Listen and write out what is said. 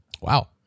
wow